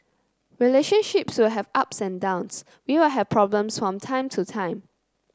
relationships will have ups and downs we will have problems from time to time